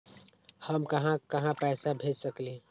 हम कहां कहां पैसा भेज सकली ह?